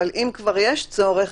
אבל אם כבר יש צורך,